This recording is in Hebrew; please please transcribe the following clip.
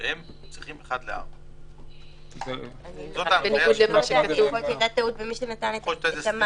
שהם צריכים 4:1. יכול להיות שזו הייתה טעות של מי שנתן את המענה.